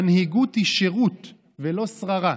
מנהיגות היא שירות ולא שררה.